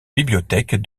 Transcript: bibliothèque